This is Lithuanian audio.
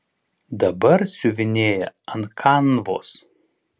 dabar siuvinėja ant kanvos